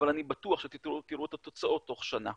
אבל אני בטוח שאתם תראו את התוצאות תוך שנה.